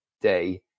day